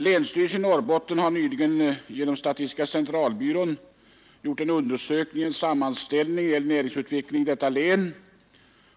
Länsstyrelsen i Norrbottens län har nyligen genom statistiska centralbyrån gjort en sammanställning av uppgifter om näringsutvecklingen i detta län.